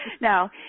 Now